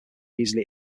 easily